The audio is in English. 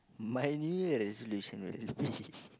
my New Year resolution will be